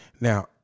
Now